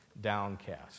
downcast